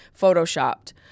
photoshopped